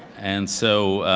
and so